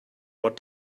what